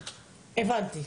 הבנתי.